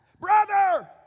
Brother